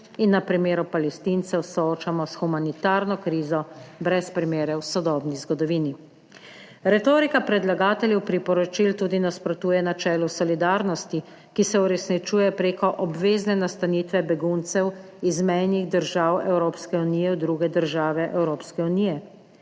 in na primeru Palestincev soočamo s humanitarno krizo brez primere v sodobni zgodovini. Retorika predlagateljev priporočil tudi nasprotuje načelu solidarnosti, ki se uresničuje preko obvezne nastanitve beguncev iz mejnih držav Evropske unije v druge države Evropske unije.